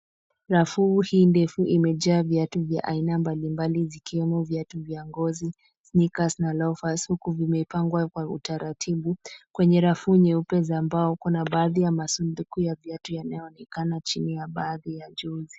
Rafu hii ndefu imejaa viatu vya aina mbalimbali ikiwemo viatu vya ngozi, snickers na loafers huku vimepangwa kwa utaratibu kwenye rafu nyeupe za mbao. Kuna baadhi ya masanduku ya viatu yanayoonekana chini ya baadhi ya jozi.